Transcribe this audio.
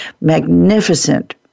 magnificent